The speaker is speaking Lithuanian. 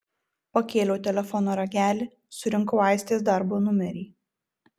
pakėliau telefono ragelį surinkau aistės darbo numerį